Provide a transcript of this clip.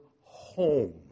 home